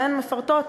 והן מפרטות